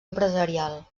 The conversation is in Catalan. empresarial